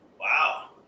Wow